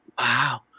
wow